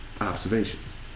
observations